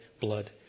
blood